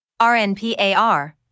RNPAR